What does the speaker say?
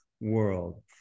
world